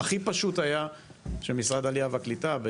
הפתרון הכי פשוט היה שמשרד העלייה והקליטה,